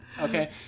Okay